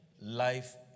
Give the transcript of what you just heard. life